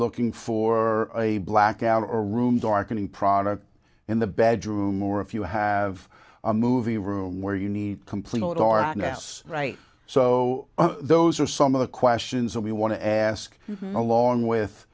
looking for a blackout or a room darkening product in the bedroom or if you have a movie room where you need complete darkness right so those are some of the questions that we want to ask along with